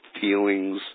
feelings